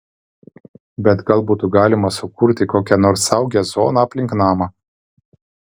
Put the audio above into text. bet gal būtų galima sukurti kokią nors saugią zoną aplink namą